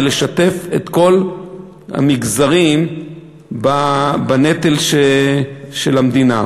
ולשתף את כל המגזרים בנטל של המדינה.